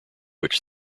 which